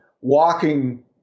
walking